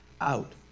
out